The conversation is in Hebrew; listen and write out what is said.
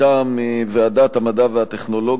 ולהלן הרכבה: מטעם ועדת המדע והטכנולוגיה,